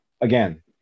Again